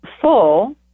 full